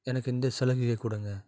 எனக்கு இந்த சலுகையை கொடுங்க